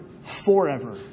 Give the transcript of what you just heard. forever